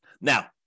Now